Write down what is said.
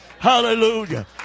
Hallelujah